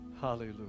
hallelujah